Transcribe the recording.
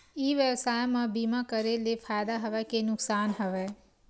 ई व्यवसाय म बीमा करे ले फ़ायदा हवय के नुकसान हवय?